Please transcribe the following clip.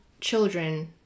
children